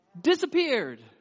Disappeared